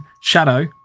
shadow